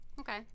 Okay